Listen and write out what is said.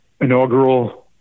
inaugural